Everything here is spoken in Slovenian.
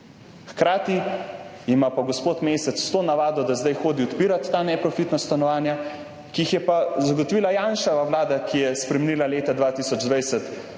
Hkrati ima pa gospod Mesec to navado, da zdaj hodi odpirat ta neprofitna stanovanja, ki jih je pa zagotovila Janševa vlada, ki je spremenila leta 2020